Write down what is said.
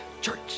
church